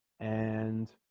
and